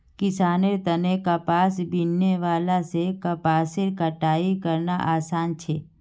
किसानेर तने कपास बीनने वाला से कपासेर कटाई करना आसान छे